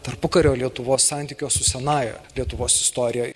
tarpukario lietuvos santykio su senąja lietuvos istorija